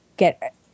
get